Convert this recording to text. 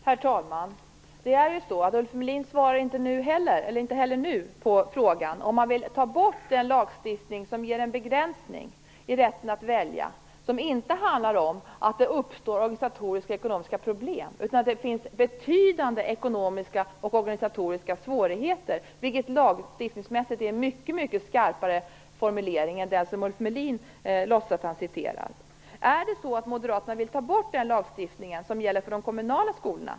Herr talman! Ulf Melin svarar inte heller nu på frågan om han vill ta bort den lagstiftning som ger en begränsning i rätten att välja och som inte handlar om att det uppstår organisatoriska och ekonomiska problem, utan om att det finns betydande ekonomiska och organisatoriska svårigheter. Lagstiftningsmässigt är det en mycket skarpare formulering än den som Ulf Melin låtsas att han citerar. Vill Moderaterna ta bort den lagstiftning som gäller de kommunala skolorna?